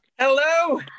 Hello